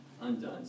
undone